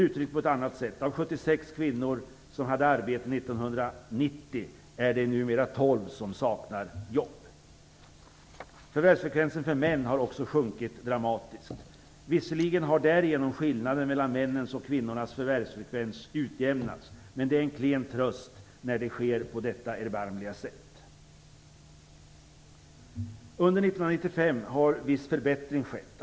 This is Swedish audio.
Uttryckt på annat sätt; av 76 kvinnor som hade arbete 1990 är det numera 12 som saknar jobb. Förvärvsfrekvensen för män har också sjunkit dramatiskt. Visserligen har därigenom skillnaden mellan männens och kvinnornas förvärvsfrekvens utjämnats. Men det är en klen tröst när det sker på detta erbarmliga sätt. Under 1995 har en viss förbättring skett.